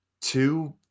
Two